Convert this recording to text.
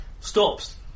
stops